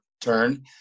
turn